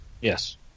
Yes